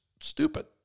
stupid